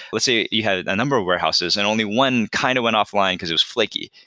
let's say, you had a number warehouses and only one kind of went off-line because it was flaky.